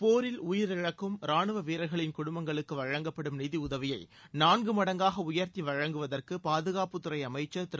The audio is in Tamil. போரில் உயிரிழக்கும் ராணுவ வீரர்களின் குடும்பங்களுக்கு வழங்கப்படும் நிதியுதவியை நான்கு மடங்காக உயர்த்தி வழங்குவதற்கு பாதுகாட்புத் துறை அமைச்சர் திரு